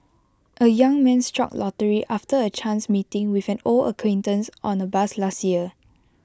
A young man struck lottery after A chance meeting with an old acquaintance on A bus last year